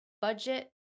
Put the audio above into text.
budget